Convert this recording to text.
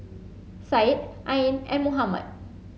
Syed Ain and Muhammad